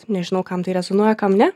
nežinau kam tai rezonuoja kam ne